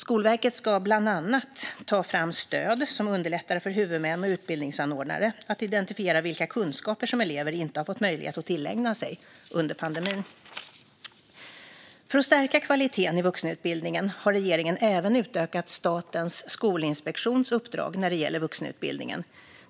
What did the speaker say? Skolverket ska bland annat ta fram stöd som underlättar för huvudmän och utbildningsanordnare att identifiera vilka kunskaper som elever inte har fått möjlighet att tillägna sig under pandemin. För att stärka kvaliteten i vuxenutbildningen har regeringen även utökat Statens skolinspektions uppdrag när det gäller vuxenutbildningen.